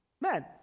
men